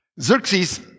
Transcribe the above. Xerxes